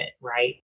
right